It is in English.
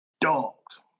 dogs